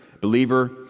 believer